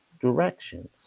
directions